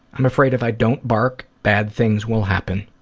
i'm afraid if i don't bark, bad things will happen.